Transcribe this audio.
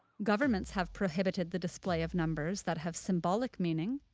governments have prohibited the display of numbers that have symbolic meaning,